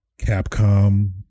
Capcom